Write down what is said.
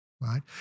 right